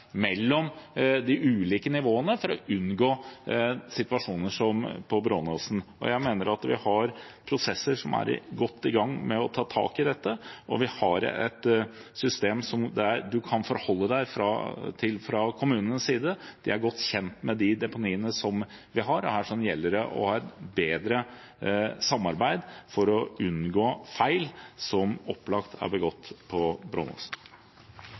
mellom de ulike nivåene for å unngå situasjoner som den på Brånåsen. Jeg mener at vi har prosesser som er godt i gang med å ta tak i dette, og vi har et system som kommunene kan forholde seg til. De er godt kjent med de deponiene som vi har. Her gjelder det å ha et bedre samarbeid for å unngå feil som dem som opplagt er begått på